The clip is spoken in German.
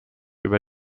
über